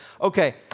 Okay